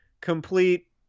complete